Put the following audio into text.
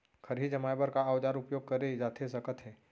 खरही जमाए बर का औजार उपयोग करे जाथे सकत हे?